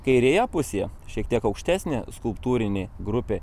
kairėje pusėje šiek tiek aukštesnė skulptūrinė grupė